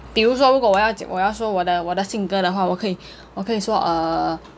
比如说如果我我要说我的我的性格的话我可以我可以说 uh